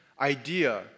idea